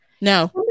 No